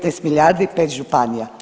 15 milijardi, 5 županija.